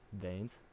veins